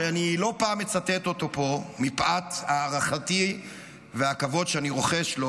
שאני לא פעם מצטט אותו פה מפאת הערכתי והכבוד שאני רוחש לו,